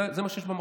זה מה שיש במחשב.